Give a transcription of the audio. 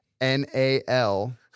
N-A-L